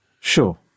Sure